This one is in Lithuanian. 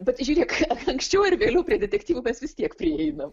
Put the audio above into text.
bet žiūrėk anksčiau ar vėliau prie detektyvų mes vis tiek prieinam